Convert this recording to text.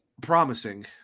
promising